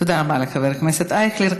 תודה רבה לחבר הכנסת אייכלר.